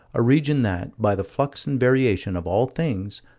a region that, by the flux and variation of all things,